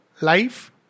life